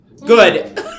Good